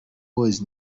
boys